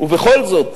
ובכל זאת